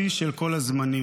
שיא של כל הזמנים.